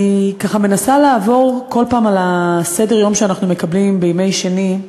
אני ככה מנסה לעבור כל פעם על סדר-היום שאנחנו מקבלים בימי שני,